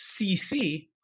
CC